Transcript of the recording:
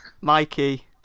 Mikey